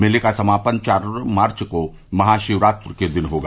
मेले का समापन चार मार्चे को महाशिवरात्रि के दिन होगा